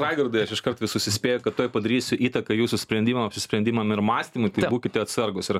raigardai aš iškart visus įspėju kad tuoj padarysiu įtaką jūsų sprendimam apsisprendimam ir mąstymui tai būkite atsargūs ir